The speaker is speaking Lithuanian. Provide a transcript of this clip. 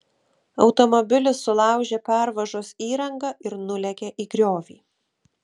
automobilis sulaužė pervažos įrangą ir nulėkė į griovį